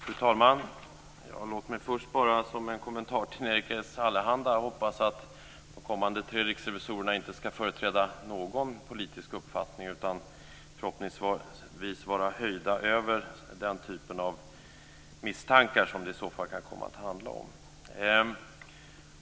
Fru talman! Låt mig först bara hoppas, som en kommentar till Nerikes Allehanda, att de kommande tre riksrevisorerna inte ska företräda någon politisk uppfattning utan vara höjda över den typen av misstankar som det i så fall kan komma att handla om.